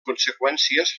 conseqüències